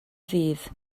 ddydd